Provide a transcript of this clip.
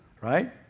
right